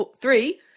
Three